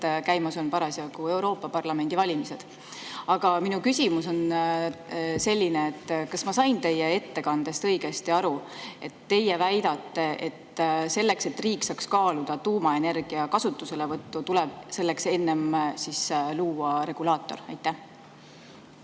käimas on parasjagu Euroopa Parlamendi valimised. Aga minu küsimus on selline. Kas ma sain teie ettekandest õigesti aru, et teie väidate, et selleks, et riik saaks kaaluda tuumaenergia kasutuselevõttu, tuleb enne luua regulaator? Alustame